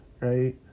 right